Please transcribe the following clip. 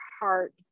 heart